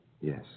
Yes